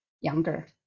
younger